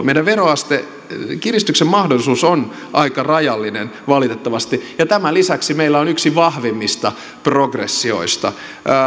meidän veroasteen kiristyksen mahdollisuus on aika rajallinen valitettavasti tämän lisäksi meillä on yksi vahvimmista progressioista